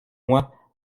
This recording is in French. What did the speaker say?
moi